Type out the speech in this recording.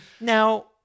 Now